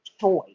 choice